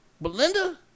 Belinda